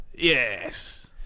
Yes